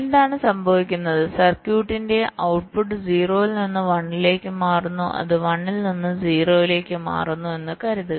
എന്താണ് സംഭവിക്കുന്നത് സർക്യൂട്ടിന്റെ ഔട്ട്പുട്ട് 0 ൽ നിന്ന് 1 ലേക്ക് മാറുന്നു അത് 1 ൽ നിന്ന് 0 ലേക്ക് മാറുന്നുഎന്ന് കരുതുക